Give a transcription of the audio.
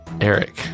Eric